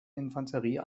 infanterie